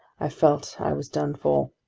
i felt i was done for.